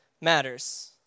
matters